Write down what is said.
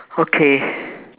okay